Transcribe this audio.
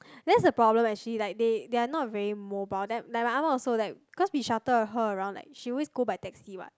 that's a problem actually like they they are not very mobile like like my ah-ma also like cause we shuttle her around like she always go around by taxi what